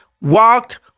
Walked